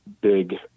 big